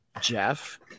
Jeff